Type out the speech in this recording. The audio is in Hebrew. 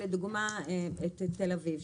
קח לדוגמה את תל אביב,